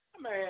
man